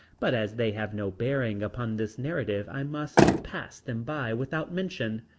but as they have no bearing upon this narrative i must pass them by without mention.